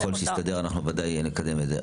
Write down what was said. ככל שיסתדר, אנחנו בוודאי נקדם את זה.